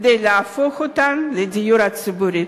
כדי להפוך אותן לדיור ציבורי.